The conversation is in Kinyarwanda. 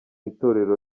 itorero